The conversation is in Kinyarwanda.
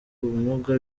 ubumuga